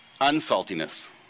unsaltiness